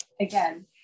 Again